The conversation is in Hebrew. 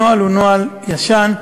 הנוהל הוא נוהל ישן.